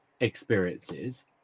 experiences